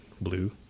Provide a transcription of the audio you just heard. blue